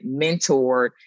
mentored